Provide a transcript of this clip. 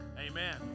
Amen